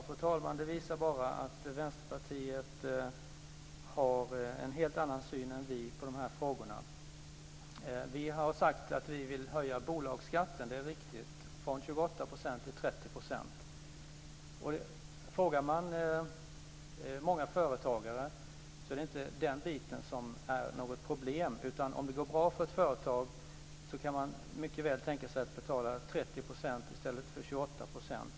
Fru talman! Det visar bara att Vänsterpartiet har en helt annan syn än vi på dessa frågor. Vi har sagt att vi vill höja bolagsskatten - det är riktigt - från 28 % till 30 %. Frågar man många företagare är det inte den biten som är något problem. Om det går bra för ett företag kan man mycket väl tänka sig att betala 30 % i stället för 28 %.